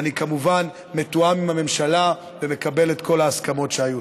ואני כמובן מתואם עם הממשלה ומקבל את כל ההסכמות שהיו.